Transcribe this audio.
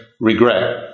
regret